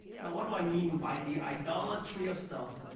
now what do i mean by the idolatry of self?